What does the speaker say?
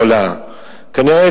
הכרמל.